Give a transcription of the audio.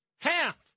half